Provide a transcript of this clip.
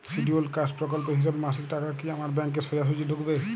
Scheduled caste প্রকল্পের হিসেবে মাসিক টাকা কি আমার ব্যাংকে সোজাসুজি ঢুকবে?